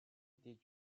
était